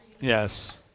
Yes